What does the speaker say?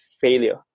failure